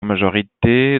majorité